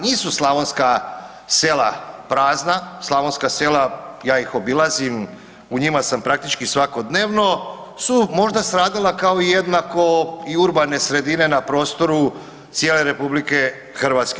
Nisu slavonska sela prazna, slavonska sela, ja ih obilazim, u njima sam praktički svakodnevno, su možda stradala kao i jednako i urbane sredine na prostoru cijele RH.